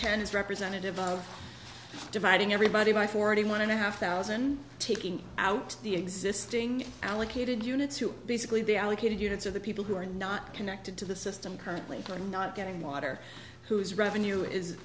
ten is representative of dividing everybody by forty one and a half thousand taking out the existing allocated units who basically be allocated units or the people who are not connected to the system currently are not getting water whose revenue is